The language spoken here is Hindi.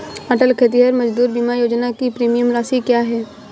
अटल खेतिहर मजदूर बीमा योजना की प्रीमियम राशि क्या है?